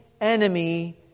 enemy